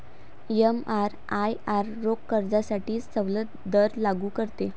एमआरआयआर रोख कर्जासाठी सवलत दर लागू करते